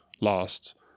last